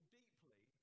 deeply